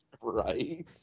Right